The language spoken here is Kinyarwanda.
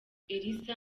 elsa